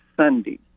Sunday